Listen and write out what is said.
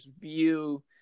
view